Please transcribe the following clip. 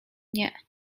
nie